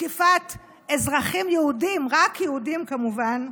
תקיפת אזרחים יהודים, רק יהודים כמובן,